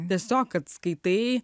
visa kad skaitai